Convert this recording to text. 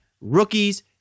rookies